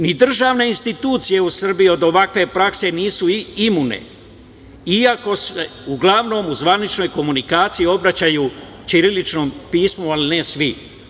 Ni državne institucije u Srbiji od ovakve prakse nisu imune, iako se uglavnom u zvaničnoj komunikaciji obraćaju ćiriličnim pismom, ali ne svi.